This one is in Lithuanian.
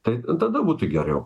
tai tada būtų geriau